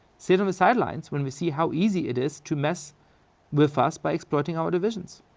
sit on the sidelines when we see how easy it is to mess with us by exploiting our divisions.